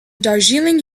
darjeeling